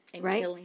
Right